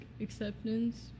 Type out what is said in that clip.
acceptance